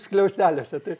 skliausteliuose tai